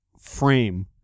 frame